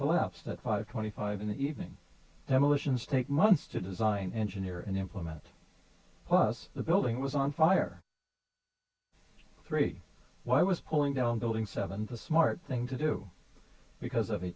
collapse that five twenty five in the evening demolitions take months to design engineer and implement plus the building was on fire three why was pulling down building seven the smart thing to do because of a